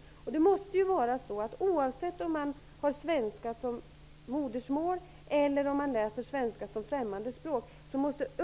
Skolans uppgift måste vara att eleverna så småningom skall nå samma resultat oavsett om de läser svenska som modersmål eller som främmande språk. Av den anledningen